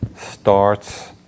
starts